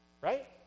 right